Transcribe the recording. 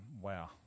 wow